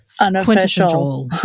unofficial